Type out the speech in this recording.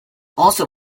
also